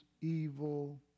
evil